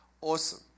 Awesome